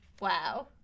Wow